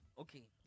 okay